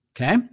okay